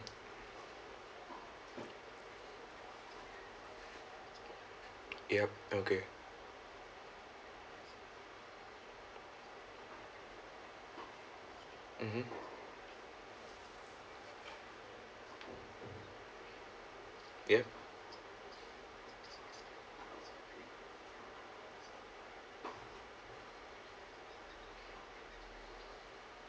yup okay mmhmm yup